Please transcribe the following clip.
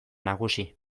nagusi